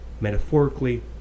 metaphorically